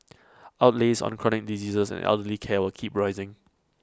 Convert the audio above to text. outlays on chronic diseases and elderly care will keep rising